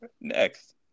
Next